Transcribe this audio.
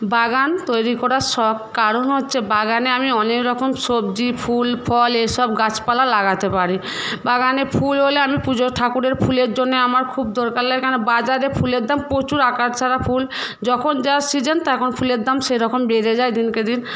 বাগান তৈরি করার শখ কারণ হচ্ছে বাগানে আমি অনেক রকম সবজি ফুল ফল এইসব গাছপালা লাগাতে পারি বাগানে ফুল হলে আমি পুজো ঠাকুরের ফুলের জন্য আমার খুব দরকার লাগে কারণ বাজারে ফুলের দাম প্রচুর আকাশ ছোঁয়া ফুল যখন যার সিজন তখন ফুলের দাম সেরকম বেড়ে যায় দিনকে দিন